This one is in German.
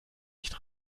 nicht